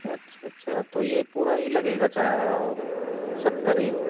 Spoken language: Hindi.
अच्छा अच्छा तो ये पूरा ही लगेगा सत्तर ही